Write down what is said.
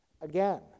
again